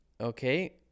Okay